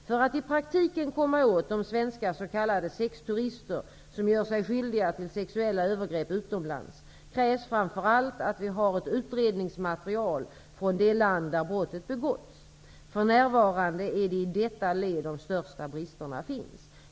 För att i praktiken komma åt svenska s.k. sexturister, som gör sig skyldiga till sexuella övergrepp utomlands, krävs framför allt att vi har ett utredningsmaterial från det land där brottet begåtts. För närvarande är det i detta led de största bristerna finns.